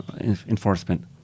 Enforcement